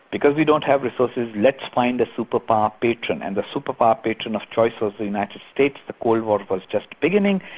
because we don't have resources, let's find a superpower patron, and the superpower patron of choice was the united states, the cold war was just beginning,